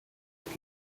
was